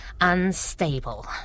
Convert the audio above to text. unstable